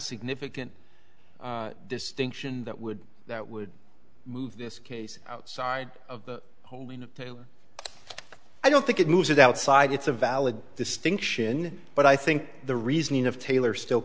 significant distinction that would that would move this case outside of holiness i don't think it moves outside it's a valid distinction but i think the reasoning of taylor still